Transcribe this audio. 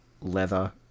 Leather